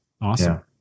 Awesome